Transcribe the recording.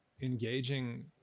engaging